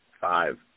five